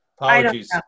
Apologies